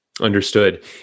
Understood